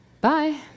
bye